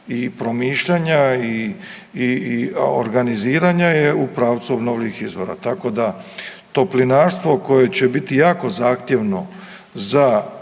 i promišljanja i organiziranja je u pravcu obnovljivih izvora. Tako da toplinarstvo koje će biti jako zahtjevno za